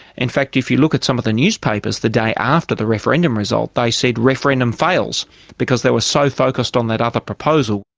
in fact if you look at some of the newspapers the day after the referendum results they said referendum fails because they were so focused on that other proposal.